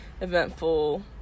eventful